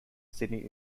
sitting